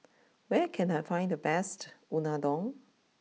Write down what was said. where can I find the best Unadon